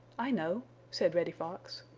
i know, said reddy fox.